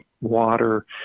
Water